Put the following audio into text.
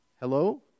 Hello